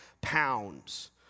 pounds